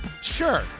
sure